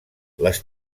les